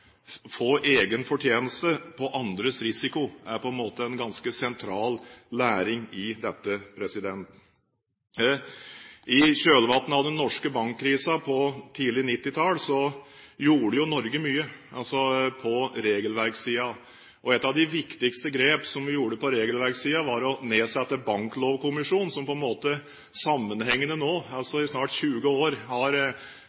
få egen fortjeneste på andres risiko, og er på en måte en ganske sentral læring i dette. I kjølvannet av den norske bankkrisen tidlig på 1990-tallet gjorde Norge mye på regelverksiden. Et av de viktigste grepene vi gjorde på regelverksiden, var å nedsette Banklovkommisjonen, som sammenhengende